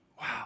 Wow